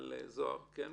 זהר, בבקשה.